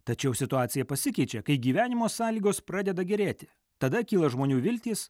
tačiau situacija pasikeičia kai gyvenimo sąlygos pradeda gerėti tada kyla žmonių viltys